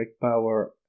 Power